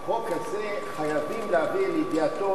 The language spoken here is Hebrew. ולפי החוק הזה חייבים להביא לידיעתו,